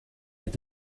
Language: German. mit